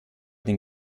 den